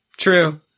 True